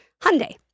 Hyundai